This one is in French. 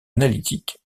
analytique